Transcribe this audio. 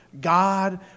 God